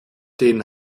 den